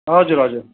हजुर हजुर